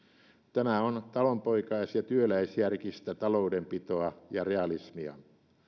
tämä on talonpoikais ja työläisjärkistä taloudenpitoa ja realismia